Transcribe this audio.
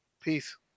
Peace